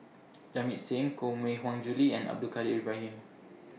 Jamit Singh Koh Mui Hiang Julie and Abdul Kadir Ibrahim